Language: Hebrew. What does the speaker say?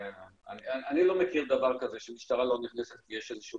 אני לא מכיר דבר כזה שמשטרה לא נכנסת כי יש איזה שהוא